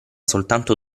soltanto